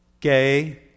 Gay